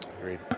Agreed